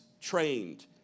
trained